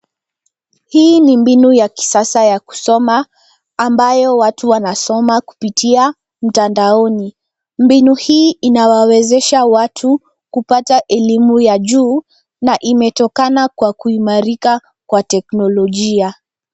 Hii ni mbinu ya kisasa ya kusoma ambayo watu wanasoma kupitia mtandaoni. Mbinu hii inawawezesha watu kupata elimu ya juu na imetokana kwa kuimarika kwa teknolojia.